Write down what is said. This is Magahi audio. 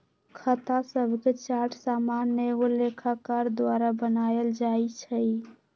खता शभके चार्ट सामान्य एगो लेखाकार द्वारा बनायल जाइ छइ